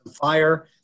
fire